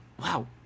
Wow